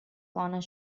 corner